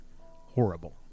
horrible